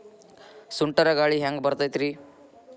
ಸುಂಟರ್ ಗಾಳಿ ಹ್ಯಾಂಗ್ ಬರ್ತೈತ್ರಿ?